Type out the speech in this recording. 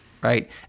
right